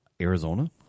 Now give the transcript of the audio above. Arizona